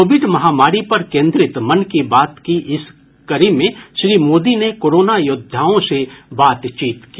Covid महामारी पर केन्द्रित मन की बात की इस कड़ी में श्री मोदी ने कोरोना योद्वाओं से बातचीत की